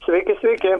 sveiki sveiki